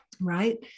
right